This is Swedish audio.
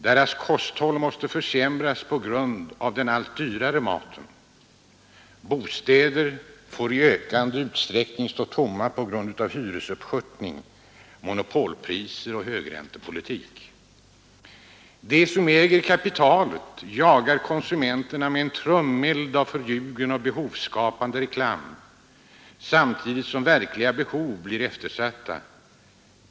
Deras kosthåll måste försämras på grund av den allt dyrare maten. Bostäder får i ökande utsträckning stå tomma på grund av hyresuppskörtning, monopolpriser och högräntepolitik. De som äger kapitalet jagar konsumenterna med en trumeld av förljugen och behovsskapande reklam, samtidigt som verkliga behov biir eftersatta.